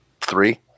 Three